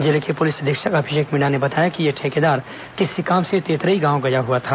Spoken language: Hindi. जिले के पुलिस अधीक्षक अभिषेक मीणा ने बताया कि यह ठेकेदार किसी काम से तेतरई गांव गया हुआ था